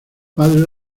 padre